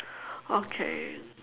okay